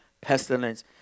pestilence